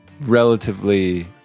Relatively